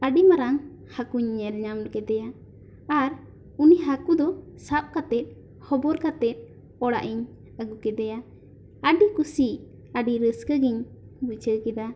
ᱟᱹᱰᱤ ᱢᱟᱨᱟᱝ ᱦᱟᱹᱠᱩᱧ ᱧᱮᱞ ᱧᱟᱢ ᱠᱮᱫᱮᱭᱟ ᱟᱨ ᱩᱱᱤ ᱦᱟᱹᱠᱩ ᱫᱚ ᱥᱟᱵ ᱠᱟᱛᱮ ᱦᱚᱵᱚᱨ ᱠᱟᱛᱮ ᱚᱲᱟᱜ ᱤᱧ ᱟᱹᱜᱩ ᱠᱮᱫᱮᱭᱟ ᱟᱹᱰᱤ ᱠᱩᱥᱤ ᱟᱹᱰᱤ ᱨᱟᱹᱥᱠᱟᱹ ᱜᱮᱧ ᱵᱩᱡᱷᱟᱹᱣ ᱠᱮᱫᱟ